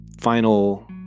final